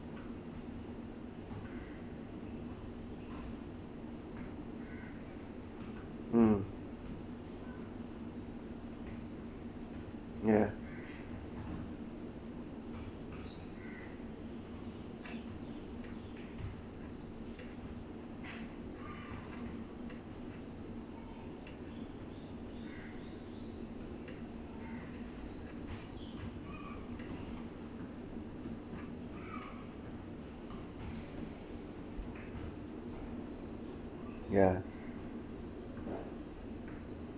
mm ya ya